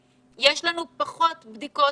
יש לנו פחות בדיקות